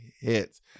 hits